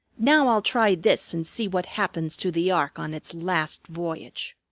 now i'll try this and see what happens to the ark on its last voyage.